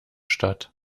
statt